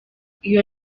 iyo